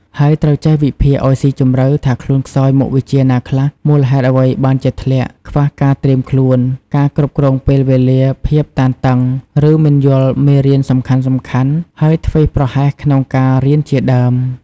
ហើយត្រូវចេះ វិភាគឲ្យស៊ីជម្រៅថាខ្លួនខ្សោយមុខវិជ្ជាណាខ្លះ មូលហេតុអ្វីបានជាធ្លាក់ ខ្វះការត្រៀមខ្លួន ការគ្រប់គ្រងពេលវេលា ភាពតានតឹង ឬមិនយល់មេរៀនសំខាន់ៗ ហើយធ្វេសប្រហែសក្នុងការរៀនជាដើម។